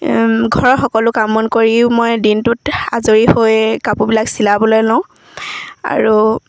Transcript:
ঘৰৰ সকলো কাম বন কৰিও মই দিনটোত আজৰি হৈ কাপোৰবিলাক চিলাবলৈ লওঁ আৰু